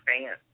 fans